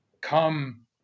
come